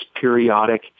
periodic